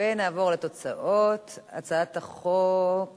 להעביר את הצעת החוק